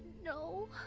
no.